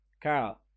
Carl